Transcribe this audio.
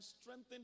strengthened